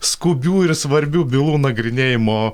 skubių ir svarbių bylų nagrinėjimo